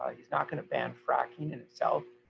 he's not going to ban fracking in itself,